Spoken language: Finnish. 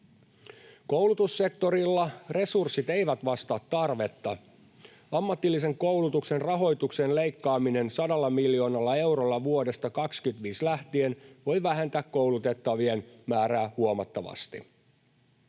Koulutussektorilla resurssit eivät vastaa tarvetta. Ammatillisen koulutuksen rahoituksen leikkaaminen sadalla miljoonalla eurolla vuodesta 25 lähtien voi vähentää koulutettavien määrää huomattavasti.